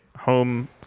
home